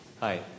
Hi